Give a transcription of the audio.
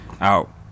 out